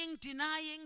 denying